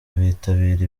bitabira